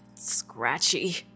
Scratchy